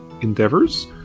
endeavors